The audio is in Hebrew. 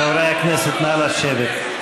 חברי הכנסת, נא לשבת.